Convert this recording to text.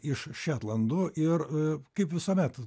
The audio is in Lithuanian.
iš šetlandų ir kaip visuomet